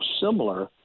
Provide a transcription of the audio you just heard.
similar